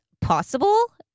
possible